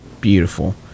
Beautiful